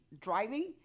driving